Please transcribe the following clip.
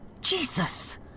Jesus